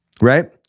right